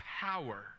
power